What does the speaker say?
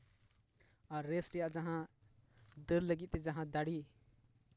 ᱟᱨ rest ᱨᱮᱭᱟᱜ ᱡᱟᱦᱟᱸ ᱫᱟᱹᱲ ᱞᱟᱹᱜᱤᱫ ᱛᱮ ᱡᱟᱦᱟᱸ ᱫᱟᱲᱮ